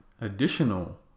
additional